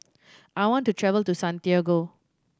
I want to travel to Santiago